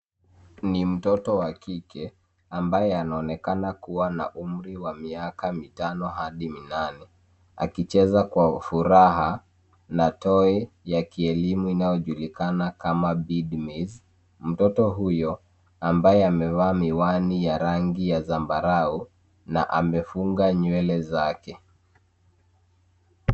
Ni mtoto wa kike ambaye anaonekana kuwa na umri wa miaka mitano hadi minane akicheza kwa furaha na toi ya kielimu inayojulikana kama bead maze . Mtoto huyo ambaye amevaa miwani ya rangi ya zambarau na amefunga nywele zake.